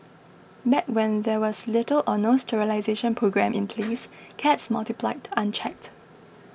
back when there was little or no sterilisation programme in please cats multiplied unchecked